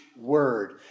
word